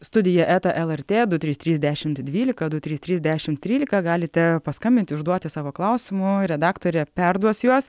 studija eta lrt du trys trys dešimt dvylika du trys trys dešimt trylika galite paskambinti užduoti savo klausimų redaktorė perduos juos